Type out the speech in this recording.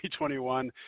2021